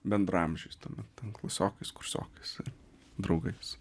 bendraamžiais ten ar ten klasiokais kursiokais ar draugais